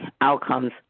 outcomes